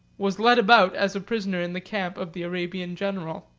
was led about as a prisoner in the camp of the arabian general.